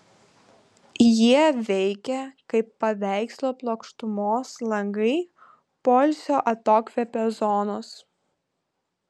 jie veikia kaip paveikslo plokštumos langai poilsio atokvėpio zonos